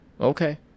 okay